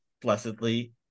blessedly